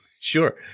sure